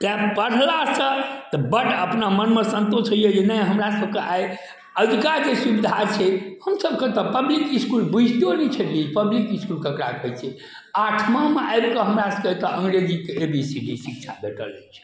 तैं पढ़ला सऽ तऽ बड अपना मनमे संतोष होइया जे नहि हमरा सबके आइ अजुका जे सुबिधा छै हमसबके तऽ पब्लिक इसकुल बूझितौ नहि छलिए पब्लिक इसकुल केकरा कहै छै आठमामे आबिके हमरा सबके एतऽ अंग्रेजीके ए बी सी डी शिक्षा भेटल अछि